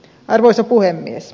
arvoisa puhemies